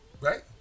right